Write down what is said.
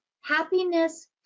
happiness